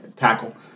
Tackle